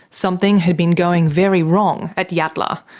something had been going very wrong at yatala.